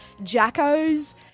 Jackos